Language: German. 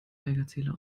geigerzähler